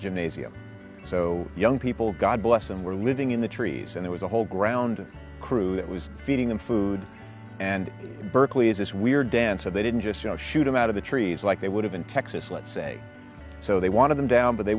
a gymnasium so young people god bless them were living in the trees and it was the whole ground crew that was feeding them food and berkeley is this weird dance and they didn't just you know shoot them out of the trees like they would have in texas let's say so they wanted them down but they